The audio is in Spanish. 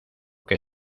que